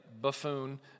buffoon